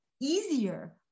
easier